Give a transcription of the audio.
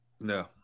No